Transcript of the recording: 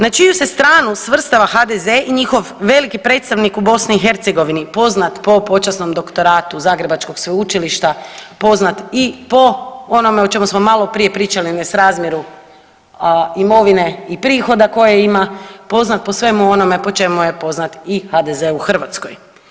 Na čiju se stranu svrstava HDZ i njihov veliki predstavnik u BiH poznat po počasnom doktoratu Zagrebačkog sveučilišta poznat i po onome o čemu smo malo prije pričali nesrazmjeru imovine i prihoda koje ima poznat po svemu onome po čemu je poznat i HDZ u Hrvatskoj.